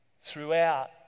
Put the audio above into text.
throughout